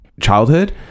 childhood